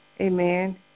Amen